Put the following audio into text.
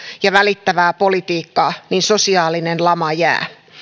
ja välittävää politiikkaa niin sosiaalinen lama jää